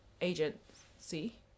agency